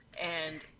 and-